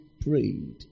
prayed